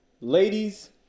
Ladies